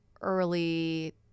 early